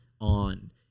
on